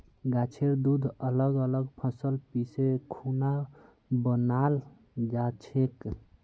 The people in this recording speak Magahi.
गाछेर दूध अलग अलग फसल पीसे खुना बनाल जाछेक